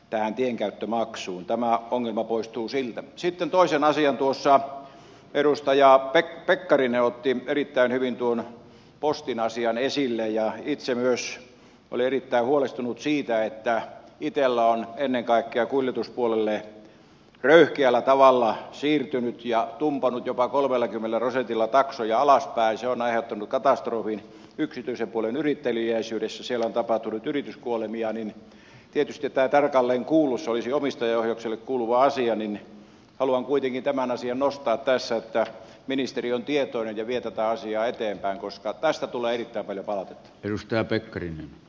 tähän tienkäyttömaksuun tämä ongelma poistuu sieltä sitten toisen asian tuossa edustaja ei pekkarinen otti erittäin hyvin tuon postin asian esille ja viittasi myös oli erittäin huolestunut siitä että kiteellä on ennen kaikkea kuljetuspuolelle röyhkeällä tavalla siirtynyt ja dumpannut jopa kolmellakymmenellä prosentilla taksoja alaspäin se on aiheuttanut katastrofin yksityisen puolen yritteliäisyydessä siellä tapahtunut yrityskuolemia niin tietysti päätarkalleenculus olisi omistajaohjaukselle kuuluva asia niin haluan kuitenkin tämän asian nostaa tässä että ministeri on tietoinen viatonta asiaa eteenpäin koska tästä tulee kävelyvauhti yltää petri